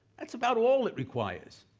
that's about all it requires.